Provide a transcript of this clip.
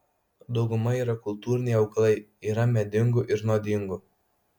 dauguma yra kultūriniai augalai yra medingų ir nuodingų